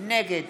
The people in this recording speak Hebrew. נגד